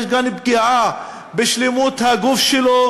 יש כאן פגיעה בשלמות הגוף שלו,